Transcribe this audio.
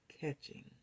catching